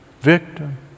Victim